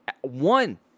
one